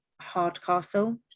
Hardcastle